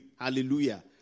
Hallelujah